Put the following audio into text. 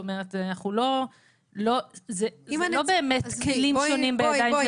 אלה לא באמת כלים שונים בידיים של הנציבות.